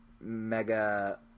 mega